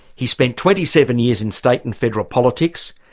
he spent twenty seven years in state and federal politics,